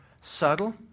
subtle